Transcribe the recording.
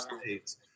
States